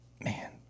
Man